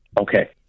Okay